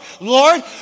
Lord